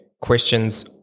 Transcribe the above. questions